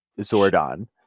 Zordon